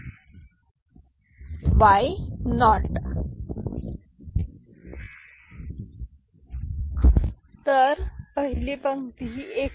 तर पहिली पंक्ती ही x 3 ते x शून्य आहे म्हणूनच हे आपले 0 आहे ज्याबद्दल आपण बोलत आहोत ही पहिली पंक्ती अॅडर इनपुट आहे तर ही पहिली पंक्ती अॅडर इनपुट आहे